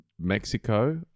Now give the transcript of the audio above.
Mexico